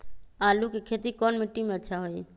आलु के खेती कौन मिट्टी में अच्छा होइ?